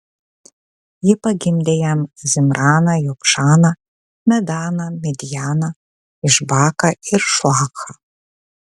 ji pagimdė jam zimraną jokšaną medaną midjaną išbaką ir šuachą